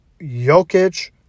Jokic